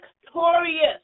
victorious